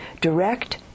direct